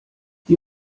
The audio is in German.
die